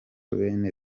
bene